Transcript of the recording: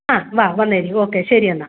ആ വാ വന്നേരെ ഓക്കേ ശരി എന്നാൽ